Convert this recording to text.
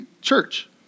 church